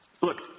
Look